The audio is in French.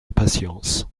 impatience